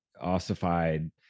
ossified